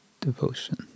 devotion